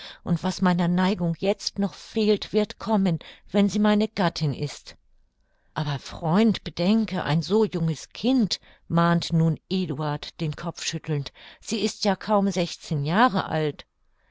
und was meiner neigung jetzt noch fehlt wird kommen wenn sie meine gattin ist aber freund bedenke ein so junges kind mahnte nun eduard den kopf schüttelnd sie ist ja kaum sechzehn jahre alt